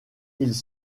ils